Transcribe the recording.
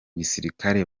gisirikare